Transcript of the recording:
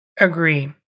Agree